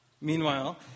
Meanwhile